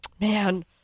man